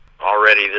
Already